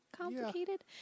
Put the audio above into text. complicated